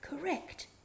Correct